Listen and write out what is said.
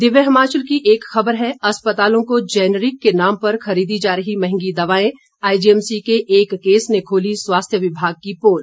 दिव्य हिमाचल की एक खबर है अस्पतालों को जेनेरिक के नाम पर खरीदी जा रही महंगी दवाएं आईजीएमसी के एक केस ने खोली स्वास्थ्य विभाग की पोल